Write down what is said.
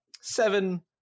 seven